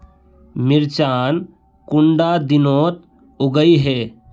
मिर्चान कुंडा दिनोत उगैहे?